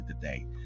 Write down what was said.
today